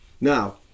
Now